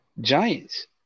giants